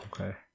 okay